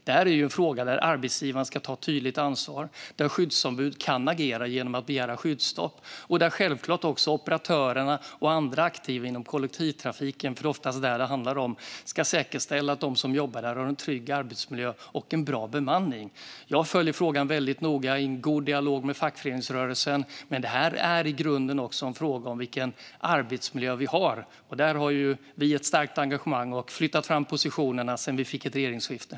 Detta är en fråga där arbetsgivaren ska ta ett tydligt ansvar och där skyddsombud kan agera genom att begära skyddsstopp. Självklart ska också operatörerna och andra aktiva inom kollektivtrafiken - det är oftast den som det handlar om - säkerställa att de som jobbar där har en trygg arbetsmiljö och en bra bemanning. Jag följer frågan väldigt noga i en god dialog med fackföreningsrörelsen. Det är dock i grunden också en fråga om vilken arbetsmiljö som råder. Där har vi ett starkt engagemang, och vi har flyttat fram positionerna sedan regeringsskiftet.